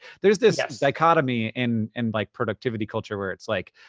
there's this dichotomy in in like productivity culture where it's like,